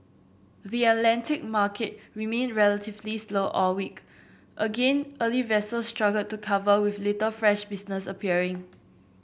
the Atlantic market remained relatively slow all week again early vessels struggled to cover with little fresh business appearing